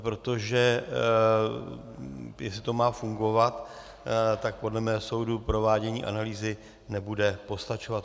Protože jestli to má fungovat, tak podle mého soudu provádění analýzy nebude postačovat.